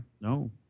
no